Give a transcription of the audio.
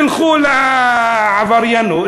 ילכו לעבריינות.